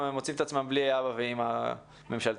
מוצאים עצמם בלי אבא ואימא ממשלתיים.